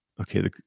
Okay